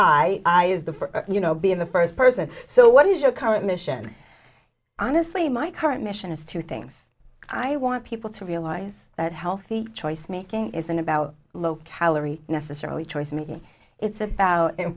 i you know being the first person so what is your current mission honestly my current mission is two things i want people to realize that healthy choice making isn't about low calorie necessarily choice me it's about and